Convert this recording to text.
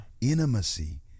intimacy